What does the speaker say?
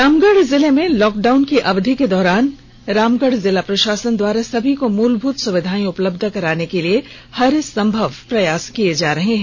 रामगढ़ जिले में लॉकडाउन की अवधि के दौरान रामगढ़ जिला प्रषासन द्वारा सभी को मूलभूत सुविधाएं उपलब्ध कराने के लिए हर संभव प्रयास किया जा रहा है